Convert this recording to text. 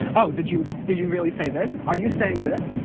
ah did you did you really say this, are you saying this?